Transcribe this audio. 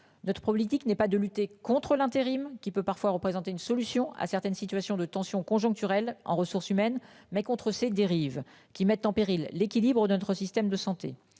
Notre politique n'est pas de lutter contre l'intérim qui peut parfois représenter une solution à certaines situations de tension conjoncturelle en ressources humaines mais contre ces dérives qui mettent en péril l'équilibre de notre système de santé.